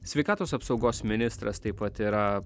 sveikatos apsaugos ministras taip pat yra